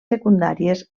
secundàries